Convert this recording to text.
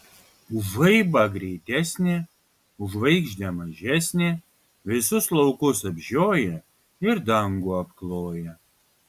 už žaibą greitesnė už žvaigždę mažesnė visus laukus apžioja ir dangų apkloja